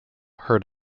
heard